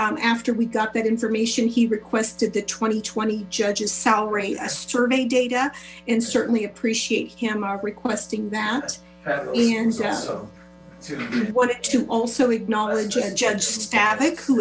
he after we got that information he requested that twenty twenty judges salary survey data and certainly appreciate him are requesting that and so we wanted to also acknowledge and judge savic who